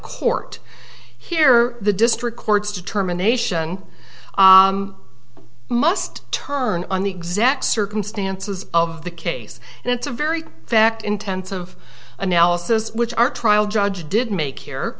court here the district court's determination must turn on the exact circumstances of the case and it's a very fact intensive analysis which our trial judge did make here